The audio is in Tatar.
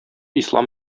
ислам